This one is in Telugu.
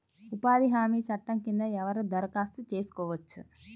ఉపాధి హామీ చట్టం కింద ఎవరు దరఖాస్తు చేసుకోవచ్చు?